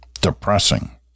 depressing